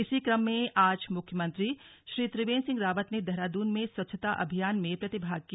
इसी क्रम में आज मुख्यमंत्री श्री त्रिवेन्द्र सिंह रावत ने देहरादून में स्वच्छता अभियान में प्रतिभाग किया